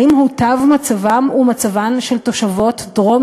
האם הוטב מצבם ומצבן של תושבות דרום